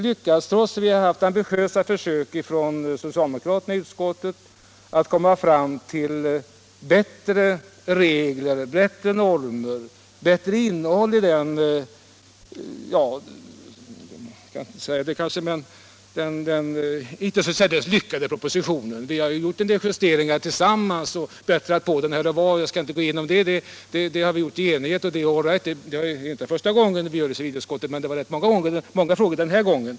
Socialdemokraterna i utskottet har gjort en del ambitiösa försök att komma fram till bättre regler och bättre normer än de som föreslås i den — jag skulle kanske inte säga det — inte särdeles lyckade propositionen. En del justeringar och förbättringar i propositionen har vi gjort tillsammans och i enighet. Det är all right, det är inte första gången vi gör det i civilutskottet, men det var rätt många frågor den här gången.